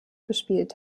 gespielt